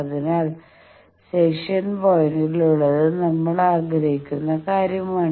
അതിനാൽ സെക്ഷൻ പോയിന്റിൽ ഉള്ളത് നമ്മൾ ആഗ്രഹിക്കുന്ന കാര്യമാണ്